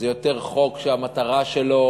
זה יותר חוק שהמטרה שלו